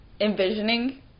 envisioning